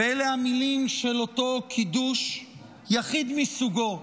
ואלה המילים של אותו קידוש יחיד מסוגו,